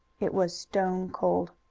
it was stone cold.